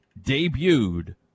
debuted